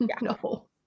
no